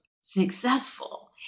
successful